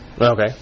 Okay